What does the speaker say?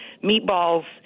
meatballs